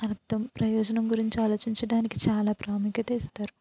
అర్థం ప్రయోజనం గురించి ఆలోచించడానికి చాలా ప్రాముఖ్యత ఇస్తారు